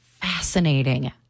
fascinating